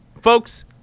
Folks